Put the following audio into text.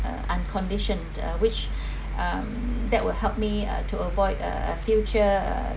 uh unconditioned uh which um that will help me uh to avoid uh future uh